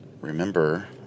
remember